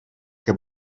que